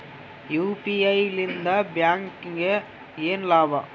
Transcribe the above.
UPI ಲಿಂದ ಬ್ಯಾಂಕ್ಗೆ ಏನ್ ಲಾಭ?